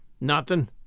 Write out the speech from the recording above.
Nothing